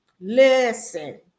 listen